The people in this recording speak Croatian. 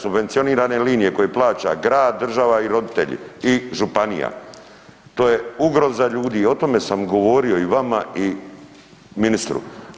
Subvencionirane linije koje plaća grad, država i roditelji i županija to je ugroza ljudi o tome sam govorio i vama i ministru.